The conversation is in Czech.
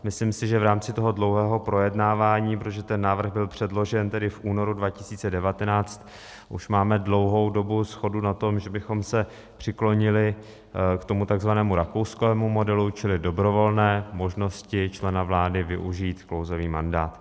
Myslím si, že v rámci toho dlouhého projednávání, protože ten návrh byl předložen v únoru 2019, už máme dlouhou dobu shodu na tom, že bychom se přiklonili k tomu takzvanému rakouskému modelu čili dobrovolné možnosti člena vlády využít klouzavý mandát.